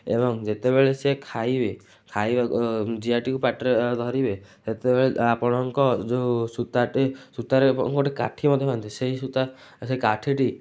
ଏବଂ ଯେତେବେଳେ ସେ ଖାଇବେ ଖାଇବା ଜିଆଟିକୁ ପାଟିରେ ଧରିବେ ସେତେବେଳେ ଆପଣଙ୍କ ଯେଉଁ ସୂତାଟି ସୂତାରେ ଗୋଟେ କାଠି ମଧ୍ୟ ବାନ୍ଧିଥିବେ ସେଇ ସୂତା ଆଉ ସେ କାଠିଟି